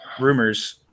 rumors